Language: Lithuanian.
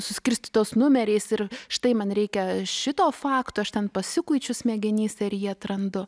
suskirstytos numeriais ir štai man reikia šito fakto aš ten pasikuičiu smegenyse ir jį atrandu